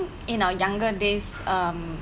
in our younger days